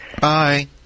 bye